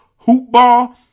HOOPBALL